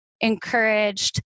encouraged